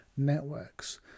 networks